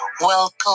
Welcome